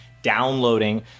downloading